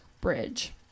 Bridge